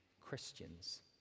Christians